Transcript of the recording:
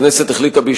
הכנסת החליטה,